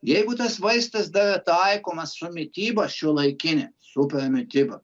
jeigu tas vaistas dar yra taikomas su mityba šiuolaikine super mityba